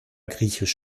griechisch